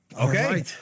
okay